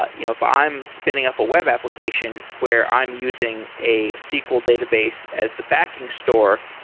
ah you know if i'm spinning up a web application where i'm using a sql database as the backing store,